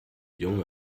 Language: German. jungen